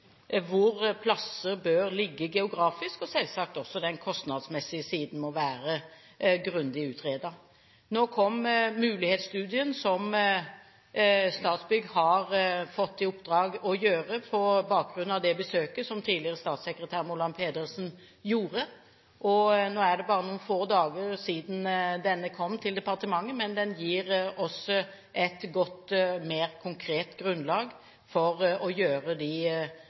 hvor plasser bør ligge geografisk, og selvsagt må også den kostnadsmessige siden være grundig utredet. Nå kom mulighetsstudien, som Statsbygg har fått i oppdrag å gjøre på bakgrunn av det besøket som tidligere statssekretær Moland Pedersen gjorde. Nå er det bare noen få dager siden denne kom til departementet, men den gir oss et godt, mer konkret grunnlag for å gjøre de